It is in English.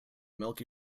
milky